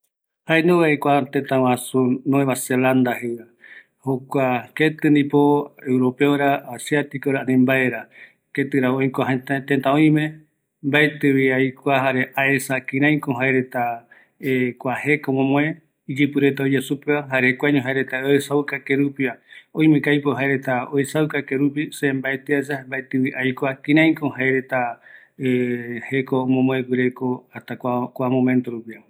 Kua jaenungavi kua tëtä aikuaa ketɨko oikoreta va, mbaetɨ aesa, aikua kɨraɨko jaereta jeko omomoe ijɨpɨ reta oeya supe retava, ëreï oïmeko aipo oesauka kerupi